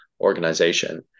organization